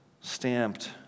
stamped